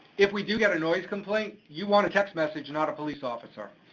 if we do get a noise complaint, you want a text message, not a police officer.